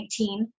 2019